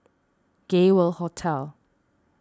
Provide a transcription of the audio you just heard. Gay World Hotel